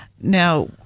Now